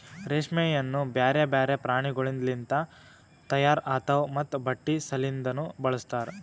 ರೇಷ್ಮೆಯನ್ನು ಬ್ಯಾರೆ ಬ್ಯಾರೆ ಪ್ರಾಣಿಗೊಳಿಂದ್ ಲಿಂತ ತೈಯಾರ್ ಆತಾವ್ ಮತ್ತ ಬಟ್ಟಿ ಸಲಿಂದನು ಬಳಸ್ತಾರ್